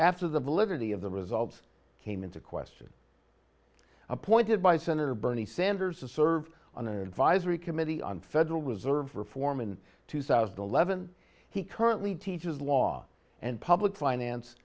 after the validity of the results came into question appointed by senator bernie sanders to serve on an advisory committee on federal reserve reform in two thousand and eleven he currently teaches law and public finance